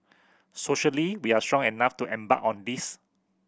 socially we are strong enough to embark on this